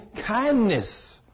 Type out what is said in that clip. kindness